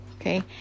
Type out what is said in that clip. Okay